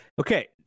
Okay